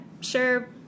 sure